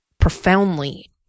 profoundly